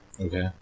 Okay